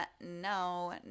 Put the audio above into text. no